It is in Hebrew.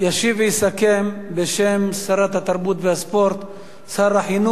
ישיב ויסכם, בשם שרת התרבות והספורט, שר החינוך,